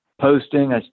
posting